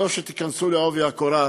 טוב שתיכנסו בעובי הקורה,